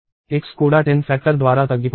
x కూడా 10 factor ద్వారా తగ్గిపోతుంది